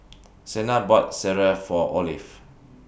Sena bought Sireh For Olive